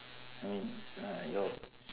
I mean uh your